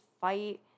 fight